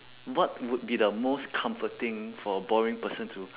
what would be the most comforting for a boring person to